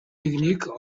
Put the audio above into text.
нэгнийг